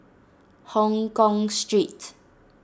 Hongkong Street